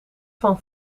van